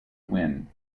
win